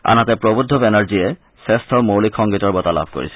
আনহাতে প্ৰবৃদ্ধ বেনাৰ্জীয়ে শ্ৰেষ্ঠ মৌলিক সংগীতৰ বঁটা লাভ কৰিছে